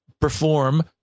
perform